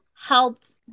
helped